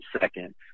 second